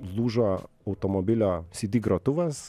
lūžo automobilio cd grotuvas